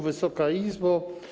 Wysoka Izbo!